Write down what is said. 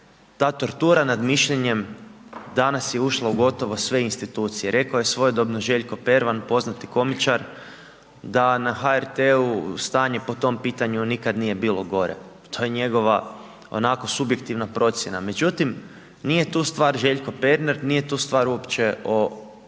ta tortura nad mišljenjem danas je ušla u gotovo sve institucije. Rekao je svojedobno Željko Pervan poznati komičar, da na HRT-u stanje po tom pitanju nikad nije bilo gore, pa to je njegova onako subjektivna procjena, međutim nije tu stvar Željko Pervan, nije tu stvar uopće o